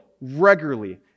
regularly